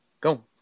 Go